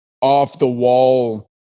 off-the-wall